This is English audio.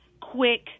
quick